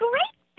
Great